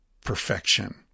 perfection